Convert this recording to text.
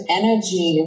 energy